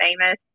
famous